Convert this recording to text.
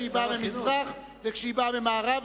כשהיא באה ממזרח וכשהיא באה ממערב,